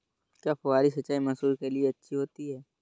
क्या फुहारी सिंचाई मसूर के लिए अच्छी होती है?